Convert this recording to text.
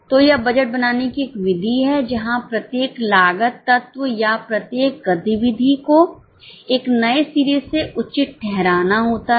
तो यह बजट बनाने की एक विधि है जहां प्रत्येक लागत तत्व या प्रत्येक गतिविधि को एक नए सिरे से उचित ठहराना होता है